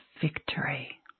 victory